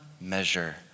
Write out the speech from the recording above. measure